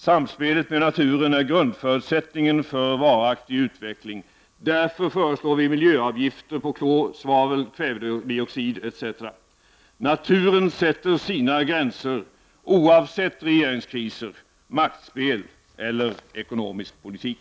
Samspelet med naturen är grundförutsättningen för varaktig utveckling. Därför föreslår vi miljöavgifter på klor, svavel, kvävedioxid etc. Naturen sätter sina gränser oavsett regeringskriser, maktspel eller ekonomisk politik.